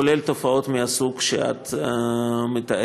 כולל תופעות מהסוג שאת מתארת.